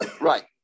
Right